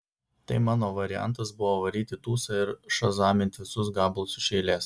tai mano variantas buvo varyt į tūsą ir šazamint visus gabalus iš eilės